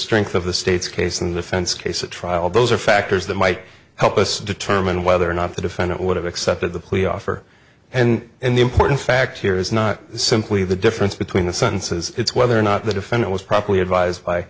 strength of the state's case and defense case at trial those are factors that might help us determine whether or not the defendant would have accepted the plea offer and then the important fact here is not simply the difference between the sentences it's whether or not the defendant was properly advised by